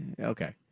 okay